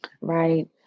right